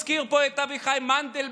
הזכיר פה את אביחי מנדלבליט,